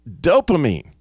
dopamine